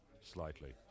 slightly